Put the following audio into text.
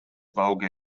vulgar